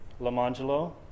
Lamangelo